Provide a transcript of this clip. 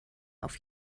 auf